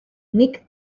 nik